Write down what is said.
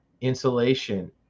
insulation